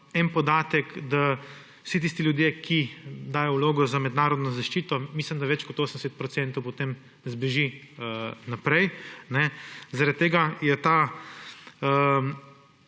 En podatek – da vsi tisti ljudje, ki dajo vlogo za mednarodno zaščito, mislim, da jih več kot 80 % potem zbeži naprej. Zaradi tega te